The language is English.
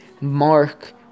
mark